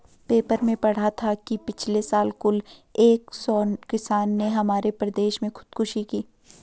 paper में पढ़ा था कि पिछले साल कुल एक सौ किसानों ने हमारे प्रदेश में खुदकुशी की